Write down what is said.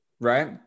right